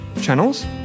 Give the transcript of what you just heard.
channels